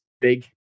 big